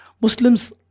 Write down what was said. Muslims